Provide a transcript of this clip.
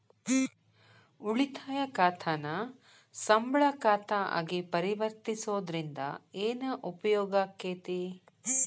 ಉಳಿತಾಯ ಖಾತಾನ ಸಂಬಳ ಖಾತಾ ಆಗಿ ಪರಿವರ್ತಿಸೊದ್ರಿಂದಾ ಏನ ಉಪಯೋಗಾಕ್ಕೇತಿ?